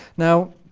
now,